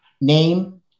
name